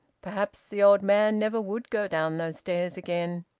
perhaps the old man never would go down those stairs again!